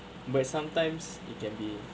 but sometimes it can be